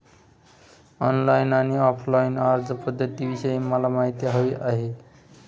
online आणि offline अर्जपध्दतींविषयी मला माहिती हवी आहे